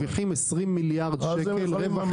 הם מרוויחים 20 מיליארד שקלים רווח